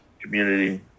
community